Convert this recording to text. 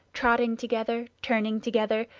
trotting together, turning together,